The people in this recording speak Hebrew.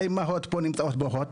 האימהות פה נמצאות בוכות,